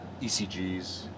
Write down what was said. ECGs